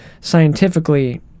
scientifically